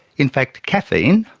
in fact caffeine,